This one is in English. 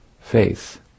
faith